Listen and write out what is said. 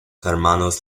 hermanos